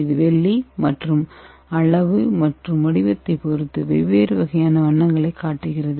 இது வெள்ளி மற்றும் அளவு மற்றும் வடிவத்தைப் பொறுத்து வெவ்வேறு வகையான வண்ணங்களைக் காட்டுகிறது